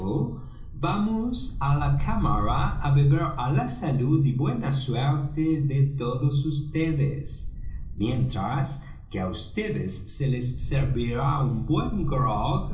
vamos á la cámara á beber á la salud y buena suerte de todos ustedes mientras que á vds se les servirá un buen